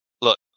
Look